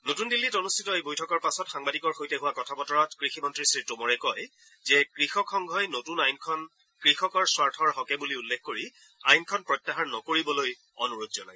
নতুন দিল্লীত অনুষ্ঠিত এই বৈঠকৰ পাছত সাংবাদিকৰ সৈতে হোৱা কথা বতৰাত কৃষিমন্ত্ৰী শ্ৰীটোমৰে কয় যে কৃষক সংঘই নতুন আইনখন কৃষকৰ স্বাৰ্ধৰ হকে বুলি উল্লেখ কৰি আইনখন প্ৰত্যাহাৰ নকৰিবলৈ অনুৰোধ জনায়